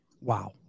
Wow